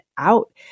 Out